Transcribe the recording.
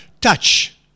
touch